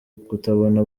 kutabona